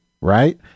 right